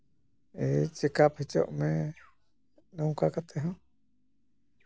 ᱮᱭ ᱪᱮᱠᱟᱯ ᱦᱚᱪᱚᱜ ᱢᱮ ᱱᱚᱝᱠᱟ ᱠᱟᱛᱮ ᱦᱚᱸ